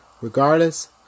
Regardless